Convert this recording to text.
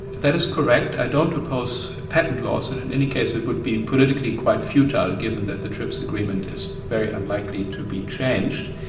that is correct, i don't oppose patent laws, and in any case it would be politically quite futile, given that the trips agreement is very unlikely to be changed.